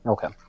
Okay